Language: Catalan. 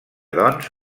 doncs